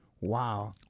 Wow